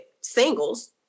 singles